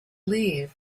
leave